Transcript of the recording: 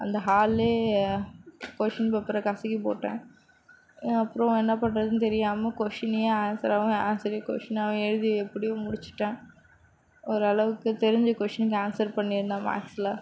அந்த ஹால்லியே கொஸ்ஷின் பேப்பரை கசக்கி போட்டேன் அப்புறம் என்ன பண்றது தெரியாமல் கொஸ்ஷினையே ஆன்சராகவும் ஆன்சரையே கொஸ்ஷினாவும் எழுதி எப்படியோ முடித்துட்டேன் ஓரளவுக்கு தெரிஞ்ச கொஸ்ஷனுக்கு ஆன்சர் பண்ணியிருந்தேன் மேக்ஸில்